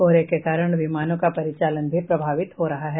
कोहरे के कारण विमानों का परिचालन भी प्रभावित हो रहा है